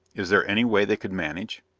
is there any way they could manage?